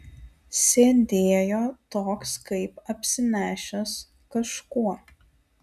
sėdėjo toks kaip apsinešęs kažkuo